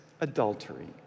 adultery